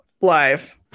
live